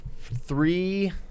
Three